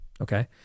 okay